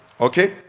okay